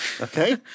Okay